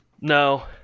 No